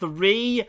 Three